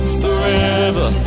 forever